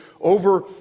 over